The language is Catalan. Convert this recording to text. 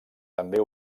també